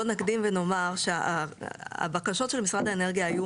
בוא נקדים ונאמר שהבקשות של משרד האנרגיה היו